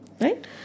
Right